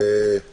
אנחנו